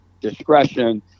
discretion